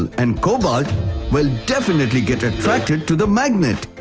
and cobalt will definitely get attracted to the magnet.